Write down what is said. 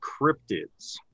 cryptids